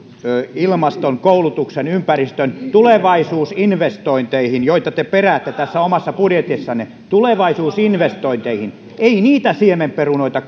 ilmaston koulutuksen ympäristön tulevaisuusinvestointeihin joita te peräätte tässä omassa budjetissanne tulevaisuusinvestointeihin ei niitä siemenperunoita